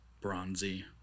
Bronzy